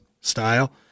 style